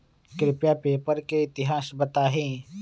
कृपया पेपर के इतिहास बताहीं